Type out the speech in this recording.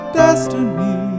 destiny